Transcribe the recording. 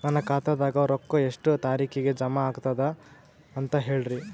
ನನ್ನ ಖಾತಾದಾಗ ರೊಕ್ಕ ಎಷ್ಟ ತಾರೀಖಿಗೆ ಜಮಾ ಆಗತದ ದ ಅಂತ ಹೇಳರಿ?